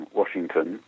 washington